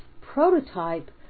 prototype